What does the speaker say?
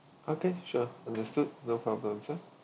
okay sure understood no problems ah